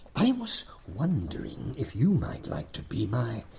i was wondering if you might like to be my,